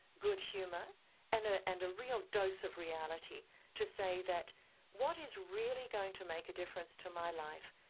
good humour and ah and a real dose of reality to say that what is really going to make a difference to my life?